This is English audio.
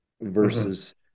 versus